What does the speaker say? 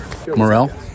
Morrell